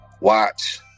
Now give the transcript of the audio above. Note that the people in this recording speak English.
Watch